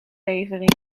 levering